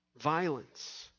violence